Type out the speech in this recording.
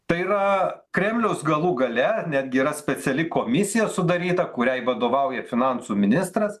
tai yra kremlius galų gale netgi yra speciali komisija sudaryta kuriai vadovauja finansų ministras